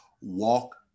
walk